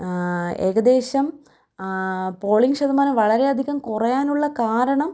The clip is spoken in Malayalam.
ഏകദേശം പോളിങ്ങ് ശതമാനം വളരെയധികം കുറയാനുള്ള കാരണം